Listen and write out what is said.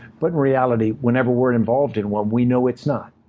but, in reality, whenever we're involved in one, we know it's not.